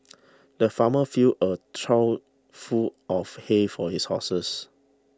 the farmer filled a trough full of hay for his horses